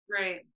Right